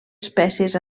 espècies